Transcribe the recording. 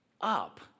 up